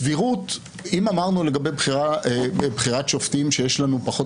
אם אמרנו לגבי בחירת שופטים שיש לנו פחות